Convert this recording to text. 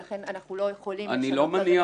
לכן אנחנו לא יכולים --- אני לא מניח